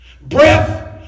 breath